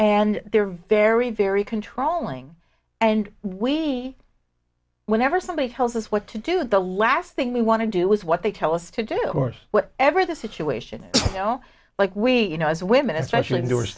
and they're very very controlling and we whenever somebody tells us what to do the last thing we want to do is what they tell us to do or what ever the situation you know like we you know as women especially do or